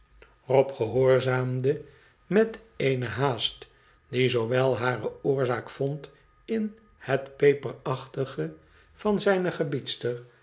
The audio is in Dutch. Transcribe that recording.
gehoorzaamde met eene haast die zoowel hare oorzaak vond in het peperachtige van zijne gebiedster